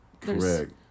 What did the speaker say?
Correct